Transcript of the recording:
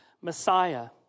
Messiah